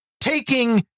taking